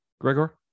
Gregor